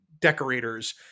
decorators